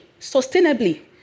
sustainably